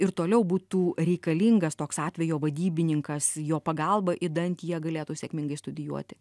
ir toliau būtų reikalingas toks atvejo vadybininkas jo pagalba idant jie galėtų sėkmingai studijuoti